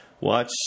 watch